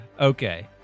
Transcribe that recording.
Okay